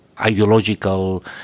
ideological